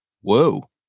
Whoa